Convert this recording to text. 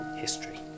history